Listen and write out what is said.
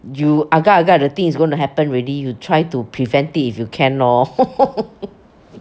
you agak-agak the thing is going to happen already you try to prevent it if you can lor